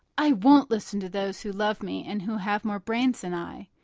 i won't listen to those who love me and who have more brains than i.